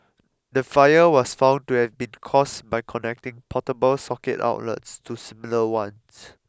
the fire was found to have been caused by connecting portable socket outlets to similar ones